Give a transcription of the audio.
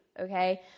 okay